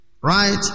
right